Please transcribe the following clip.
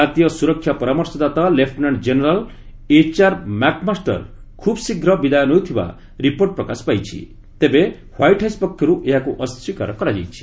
ଜାତୀୟ ସ୍ୱରକ୍ଷା ପରାମର୍ଶଦାତା ଲେଫ୍ଟନାଣ୍ଟ ଜେନେରାଲ୍ ଏଚ୍ଆର୍ ମ୍ୟାକ୍ମାଷ୍ଟର୍ ଖୁବ୍ ଶୀଘ୍ର ବିଦାୟ ନେଉଥିବା ରିପୋର୍ଟ ପ୍ରକାଶ ପାଇଛି ହ୍ୱାଇଟ୍ ହାଉସ୍ ପକ୍ଷରୁ ଏହାକୁ ଅସ୍ୱୀକାର କରାଯାଇଛି